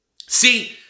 See